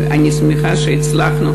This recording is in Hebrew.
ואני שמחה שהצלחנו,